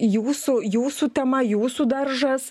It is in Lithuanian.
jūsų jūsų tema jūsų daržas